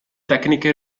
tecniche